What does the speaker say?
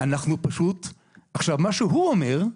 אנחנו פשוט עכשיו, מה שהוא אומר: